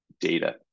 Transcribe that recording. data